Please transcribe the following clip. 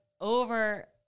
over